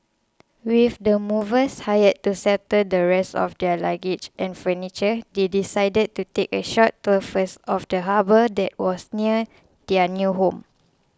with the movers hired to settle the rest of their luggage and furniture they decided to take a short tour first of the harbour that was near their new home